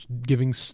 giving